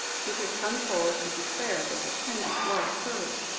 who could come forward to declare that the pendant was hers.